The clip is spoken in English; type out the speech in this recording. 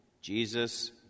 ...Jesus